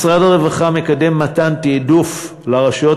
משרד הרווחה מקדם מתן תעדוף לרשויות